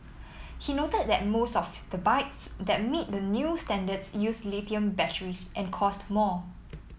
he noted that most of the bikes that meet the new standards use lithium batteries and cost more